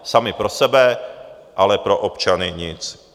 Sami pro sebe, ale pro občany nic.